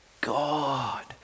God